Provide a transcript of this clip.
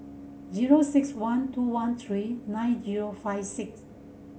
zero six one two one three nine zero five six